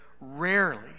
rarely